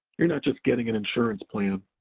you're not just getting an insurance plan,